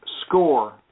score